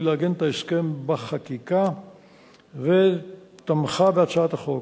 לעגן את ההסכם בחקיקה ותמכה בהצעת החוק.